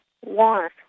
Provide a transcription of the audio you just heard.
one